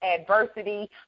adversity